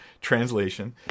Translation